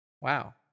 Wow